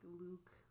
luke